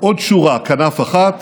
עוד שורה כנף אחת,